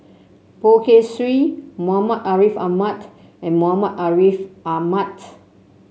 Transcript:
Poh Kay Swee Muhammad Ariff Ahmad and Muhammad Ariff Ahmad